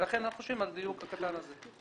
ולכן אנחנו חושבים על הדיוק הקטן הזה.